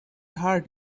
heart